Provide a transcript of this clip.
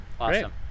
awesome